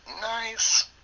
nice